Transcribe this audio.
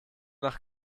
nach